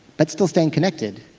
but still staying connected,